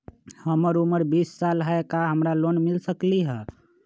हमर उमर बीस साल हाय का हमरा लोन मिल सकली ह?